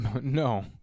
No